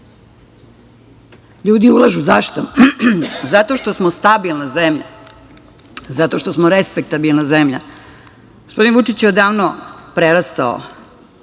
7,5%.Ljudi ulažu. Zašto? Zato što smo stabilna zemlja, zato što smo respektabilna zemlja. Gospodin Vučić je odavno prerastao